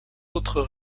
autres